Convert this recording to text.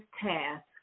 task